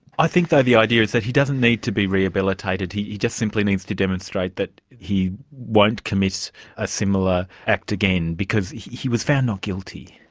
i think, though, the idea is that he doesn't need to be rehabilitated, he he just simply needs to demonstrate that he won't commit a similar act again. because he was found not guilty.